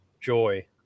joy